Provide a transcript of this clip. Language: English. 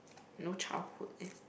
no childhood eh